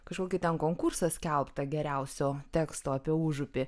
kažkokį ten konkursą skelbtą geriausio teksto apie užupį